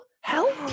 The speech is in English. Help